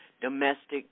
domestic